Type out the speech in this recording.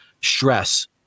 stress